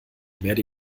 werde